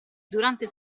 durante